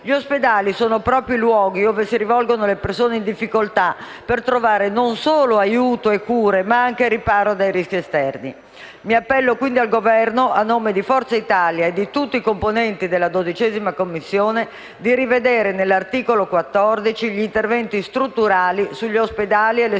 Gli ospedali sono proprio luoghi cui si rivolgono le persone in difficoltà per trovare non solo aiuto e cure, ma anche riparo dai rischi esterni. Mi appello quindi al Governo, a nome del Gruppo di Forza Italia e di tutti componenti della 12ª Commissione, affinché si rivedano nell'articolo 14 gli interventi strutturali sugli ospedali e